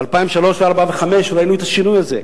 ב-2003, 2004 ו-2005 ראינו את השינוי הזה.